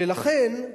ולכן,